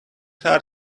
heart